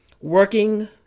working